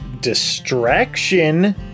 distraction